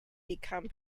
become